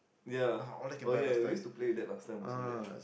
ya oh ya we use to play that last time also right